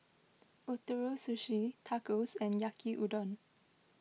Ootoro Sushi Tacos and Yaki Udon